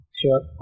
sure